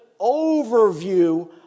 overview